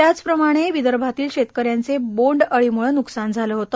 त्याचप्रमाणे विदर्भातील शेतकऱ्यांचे बोंड अळीमुळं नुकसान झाले होते